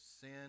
sin